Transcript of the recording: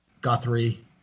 Guthrie